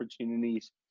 opportunities